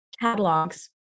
catalogs